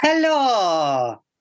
Hello